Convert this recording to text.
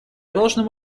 должным